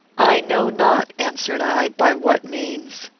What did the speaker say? i know not, answered i, by what means.